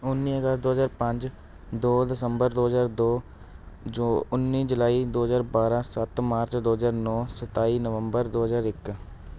ਉੱਨੀ ਅਗਸਤ ਦੋ ਹਜ਼ਾਰ ਪੰਜ ਦੋ ਦਸੰਬਰ ਦੋ ਹਜ਼ਾਰ ਦੋ ਜੋ ਉੱਨੀ ਜੁਲਾਈ ਦੋ ਹਜ਼ਾਰ ਬਾਰ੍ਹਾਂ ਸੱਤ ਮਾਰਚ ਦੋ ਹਜ਼ਾਰ ਨੌ ਸਤਾਈ ਨਵੰਬਰ ਦੋ ਹਜ਼ਾਰ ਇੱਕ